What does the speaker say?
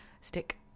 Stick